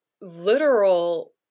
literal